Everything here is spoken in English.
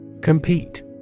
Compete